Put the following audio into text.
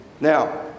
Now